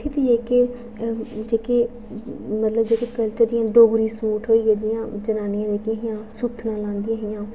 इत्थैं दे जेह्के जेह्के मतलब कल्चर जि'यां डोगरी सूट होई गेआ जि'यां जनानियां जेह्कियां हियां सुत्थनां लांदियां हियां